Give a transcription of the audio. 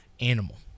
Animal